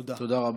תודה.